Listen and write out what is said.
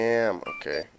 okay